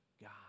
God